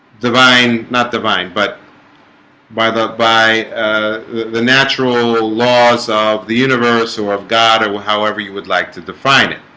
divine not divine but by the by the natural ah laws of the universe or of god or however you would like to define it,